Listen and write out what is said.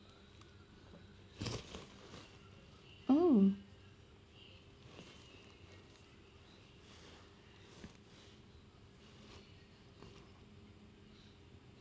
oh